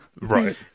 Right